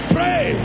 Pray